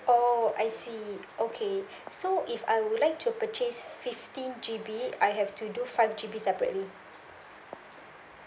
oh I see okay so if I would like to purchase fifteen G_B I have to do five G_B separately